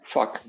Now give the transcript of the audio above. Fuck